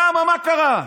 למה מה קרה?